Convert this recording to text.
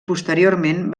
posteriorment